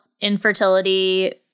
infertility